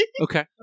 okay